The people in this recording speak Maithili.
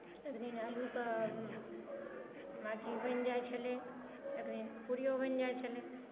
एक दिन अल्लूके अथि बनि जाइ छलै एक दिन पूरिओ बनि जाइ छलै